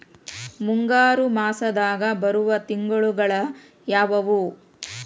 ಮುಂಗಾರು ಮಾಸದಾಗ ಬರುವ ತಿಂಗಳುಗಳ ಯಾವವು?